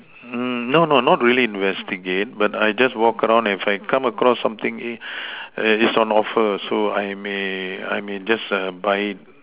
no no not really investigate but I just walk around if I come across something it's on offer so I may I may just buy